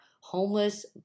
homeless